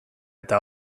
eta